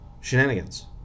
shenanigans